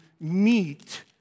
meet